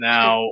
Now